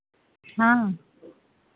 हाँ